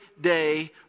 day